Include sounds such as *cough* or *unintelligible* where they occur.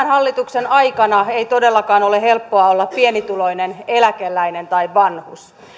*unintelligible* hallituksen aikana ei todellakaan ole helppoa olla pienituloinen eläkeläinen tai vanhus